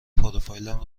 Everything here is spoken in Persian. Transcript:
پروفایلم